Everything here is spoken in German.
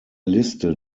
liste